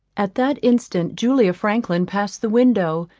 at that instant julia franklin passed the window,